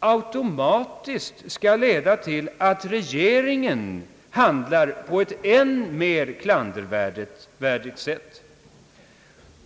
automatiskt skall leda till att regeringen handlar på ett än mer klandervärt sätt.